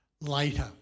later